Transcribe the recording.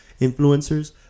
influencers